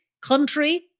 country